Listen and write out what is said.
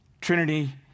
Trinity